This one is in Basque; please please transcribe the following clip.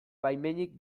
baimenik